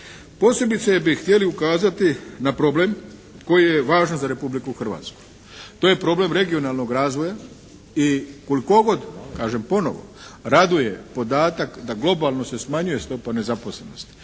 Posebice bi htjeli ukazati na problem koji je važan za Republiku Hrvatsku. To je problem regionalnog razvoja i koliko god, kažem ponovo, raduje podatak da globalno se smanjuje stopa nezaposlenosti,